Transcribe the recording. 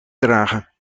dragen